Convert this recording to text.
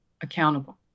accountable